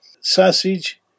sausage